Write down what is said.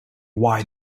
why